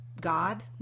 God